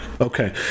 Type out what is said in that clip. okay